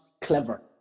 clever